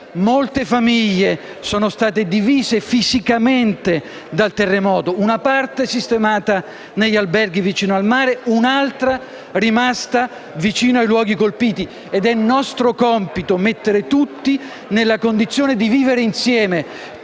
Molte famiglie sono state divise fisicamente dal terremoto: una parte sistemata negli alberghi vicino al mare e un'altra rimasta vicino ai luoghi colpiti. È nostro compito mettere tutti nella condizione di vivere insieme,